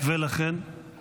ולכן, ולכן?